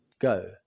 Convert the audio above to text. go